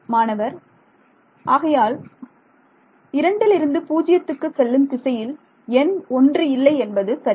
மாணவர் ஆகையால் 2 வில் இருந்து பூஜ்ஜியத்தில் செல்லும் திசையில் எண் 1 இல்லை என்பது சரியா